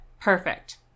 Perfect